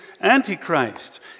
Antichrist